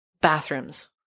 Bathrooms